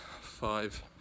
five